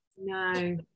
no